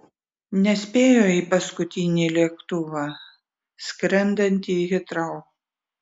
nespėjo į paskutinį lėktuvą skrendantį į hitrou